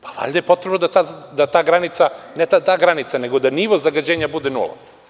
Pa, valjda je potrebno da ta granica, ne ta granica, nego nivo zagađenja bude nula.